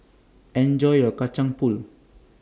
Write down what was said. Enjoy your Kacang Pool